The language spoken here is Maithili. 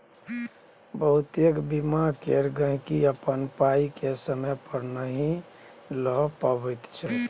बहुतेक बीमा केर गहिंकी अपन पाइ केँ समय पर नहि लए पबैत छै